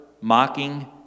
mocking